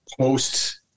post